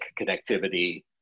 connectivity